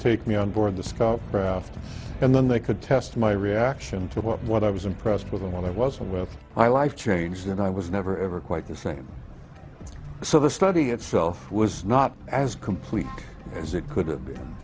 take me on board the stop craft and then they could test my reaction to what what i was impressed with and what i was aware of my life changed and i was never ever quite the same so the study itself was not as complete as it could have been